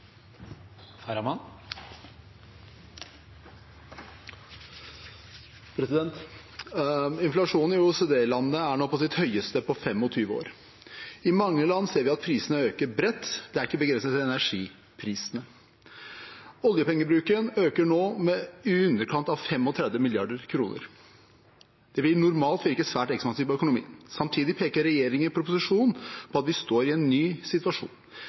Inflasjonen i OECD-landene er nå på sitt høyeste på 25 år. I mange land ser vi at prisene øker bredt – det er ikke begrenset til energiprisene. Oljepengebruken øker nå med i underkant av 35 mrd. kr. Det vil normalt virke svært ekspansivt på økonomien. Samtidig peker regjeringen i proposisjonen på at vi står i en ny situasjon